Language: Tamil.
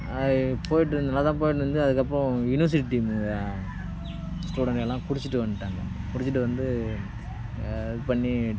இ போயிட்டிருந்தது நல்லா போயிட்டிருந்தது அதுக்கப்புறம் யூனிவர்சிட்டி இந்த ஸ்டூடண்ட் எல்லாம் குடிச்சுட்டு வந்துட்டாங்க குடிச்சுட்டு வந்து இது பண்ணி